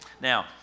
Now